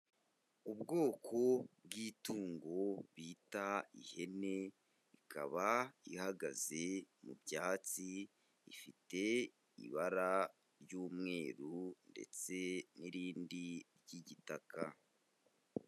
Ubwoko bw'itungo bita ihene, ikaba ihagaze mu byatsi, ifite ibara ry'umweru ndetse n'irindi ry'igitaka.